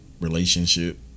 relationship